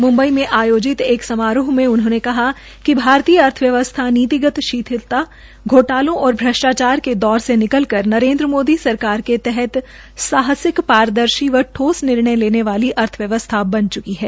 म्म्बई में आयोजित एक समारोह में उन्होंने कहा कि भारतीय अर्थव्यवस्था नीतिगत शिथिलता घोटालों और भ्रष्ट्राचार के दौर से निकलकर नरेन्द्र मोदी सरकार के तहत साहसिक पारदर्शी और ठोस निर्णय लेने वाली अर्थव्यवस्था बन चुकी है